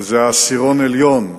וזה עשירון עליון,